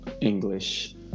English